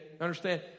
understand